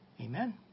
amen